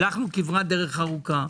הלכנו כברת דרך ארוכה.